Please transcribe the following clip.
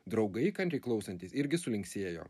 draugai kantriai klausantys irgi sulinksėjo